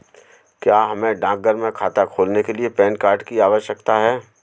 क्या हमें डाकघर में खाता खोलने के लिए पैन कार्ड की आवश्यकता है?